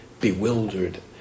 bewildered